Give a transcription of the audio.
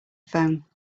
phone